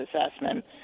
assessment